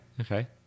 okay